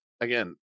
Again